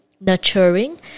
nurturing